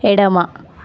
ఎడమ